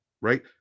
right